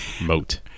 moat